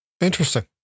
Interesting